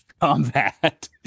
combat